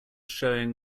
showing